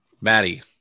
Maddie